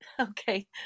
Okay